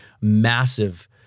massive